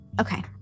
Okay